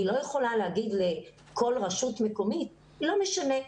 אני לא יכלה להגיד לכל רשות מקומית: לא משנה,